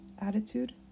attitude